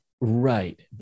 right